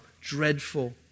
dreadful